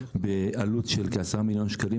בעלות של כ-10 מיליון שקלים.